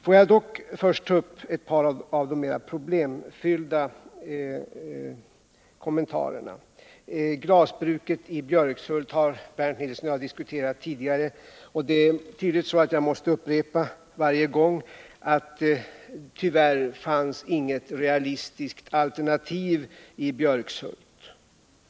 Låt mig emellertid beröra några av de kommentarer som rör mera problemfyllda frågor. Glasbruket i Björkshult har Bernt Nilsson och jag diskuterat tidigare. Det är tydligen så att jag varje gång måste upprepa att det tyvärr inte fanns något realistiskt alternativ i Björkshult.